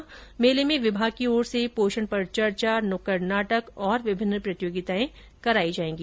इस मेले में विभाग की ओर से पोषण पर चर्चा नुक्कड नाटक और विभिन्न प्रतियोगिताएं करायी जायेंगी